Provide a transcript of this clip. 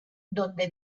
donde